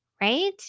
right